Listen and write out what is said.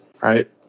right